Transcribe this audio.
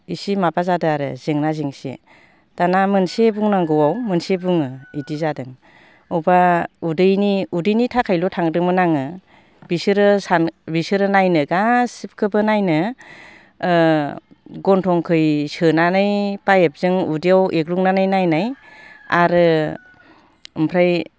इसे माबा जादों आरो जेंना जेंसि दाना मोनसे बुंनांगौआव मोनसे बुङो बिदि जादों बबेबा उदैनि थाखायल' थांदोंमोन आङो बिसोरो नायनो गासैखौबो नायनो गन्थंखै सोनानै पाइपजों उदैयाव एग्लुंनानै नायनाय आरो ओमफ्राय